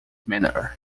manner